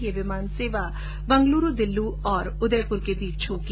ये विमान सेवा बंगलूरू दिल्ली और उदयपुर के बीच होगी